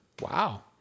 wow